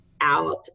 out